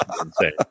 insane